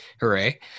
Hooray